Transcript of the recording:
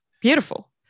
Beautiful